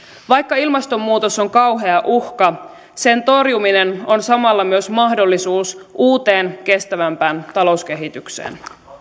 vaikka ilmastonmuutos on kauhea uhka sen torjuminen on samalla myös mahdollisuus uuteen kestävämpään talouskehitykseen